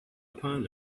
upon